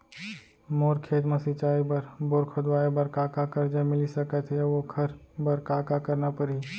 मोर खेत म सिंचाई बर बोर खोदवाये बर का का करजा मिलिस सकत हे अऊ ओखर बर का का करना परही?